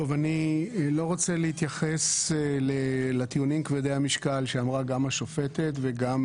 אני לא רוצה להתייחס לטיעונים כבדי המשקל שאמרה גם השופטת וגם